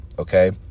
Okay